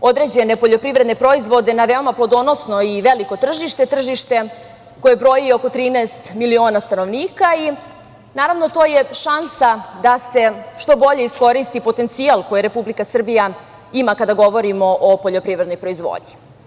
određene poljoprivredne proizvode na veoma plodonosno i veliko tržište, tržište koje broji oko 13 miliona stanovnika i naravno to je šansa da se što bolje iskoristi potencijal koje Republika Srbija ima kada govorimo o poljoprivrednoj proizvodnji.